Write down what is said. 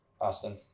Austin